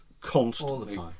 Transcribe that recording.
constantly